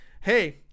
hey